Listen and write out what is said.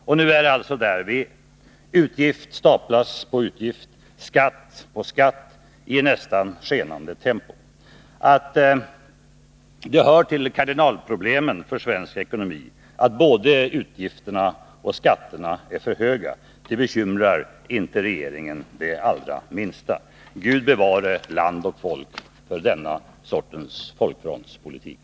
Det är alltså där vi är nu. Utgift staplas på utgift, skatt på skatt, i ett nästan skenande tempo. Att det hör till kardinalproblemen för svensk ekonomi att både utgifterna och skatterna är för höga bekymrar inte regeringen det allra minsta. Gud bevare land och folk för denna sortens folkfrontspolitik!